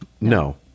no